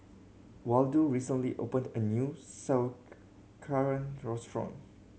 Waldo recently opened a new Sauerkraut Restaurant